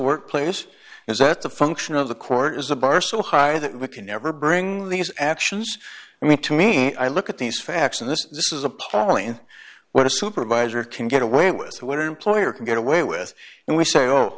workplace is that the function of the court is the bar so high that we can never bring these actions i mean to me i look at these facts and this is appalling what a supervisor can get away with what are employer can get away with and we say oh